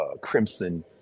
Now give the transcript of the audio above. crimson